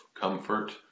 comfort